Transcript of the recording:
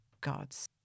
Gods